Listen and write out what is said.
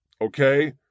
okay